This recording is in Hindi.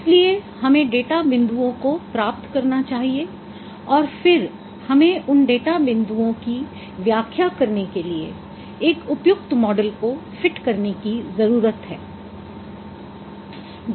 इसलिए हमें डेटा बिंदुओं को प्राप्त करना चाहिए और फिर हमें उन डेटा बिंदुओं की व्याख्या करने के लिए एक उपयुक्त मॉडल को फिट करने की जरूरत है